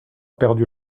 perdu